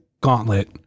Gauntlet